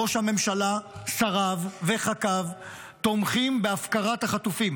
ראש הממשלה, שריו וח"כיו תומכים בהפקרת החטופים.